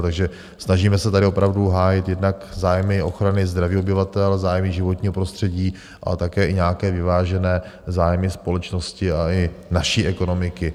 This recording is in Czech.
Takže snažíme se tady opravdu hájit jednak zájmy ochrany zdraví obyvatel, zájmy životního prostředí, ale také i nějaké vyvážené zájmy společnosti a i naší ekonomiky.